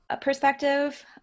perspective